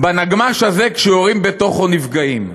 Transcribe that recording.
בנגמ"ש הזה, כשיורים בתוכו, נפגעים.